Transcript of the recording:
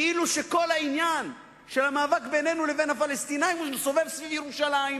כאילו כל העניין של המאבק בינינו לבין הפלסטינים סובב סביב ירושלים,